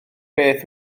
beth